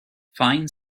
fine